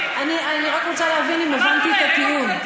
רק רוצה להבין אם הבנת את הטיעון.